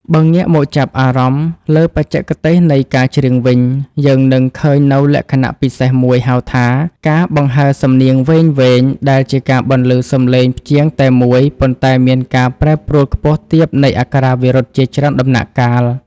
បើងាកមកចាប់អារម្មណ៍លើបច្ចេកទេសនៃការច្រៀងវិញ យើងនឹងឃើញនូវលក្ខណៈពិសេសមួយហៅថា ការបង្ហើរសំនៀងវែងៗ ដែលជាការបន្លឺសម្លេងព្យាង្គតែមួយ ប៉ុន្តែមានការប្រែប្រួលខ្ពស់ទាបនៃអក្ខរាវិរុទ្ធជាច្រើនដំណាក់កាល។